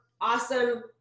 awesome